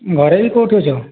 ଘରେ କି କେଉଁଠି ଅଛ